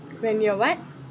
when you're what